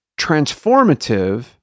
transformative